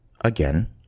again